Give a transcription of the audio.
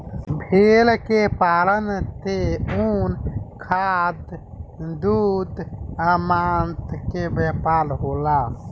भेड़ के पालन से ऊन, खाद, दूध आ मांस के व्यापार होला